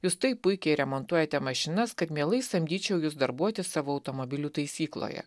jūs taip puikiai remontuojate mašinas kad mielai samdyčiau jus darbuotis savo automobilių taisykloje